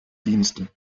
dienste